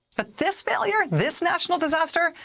but this failure, this national disaster,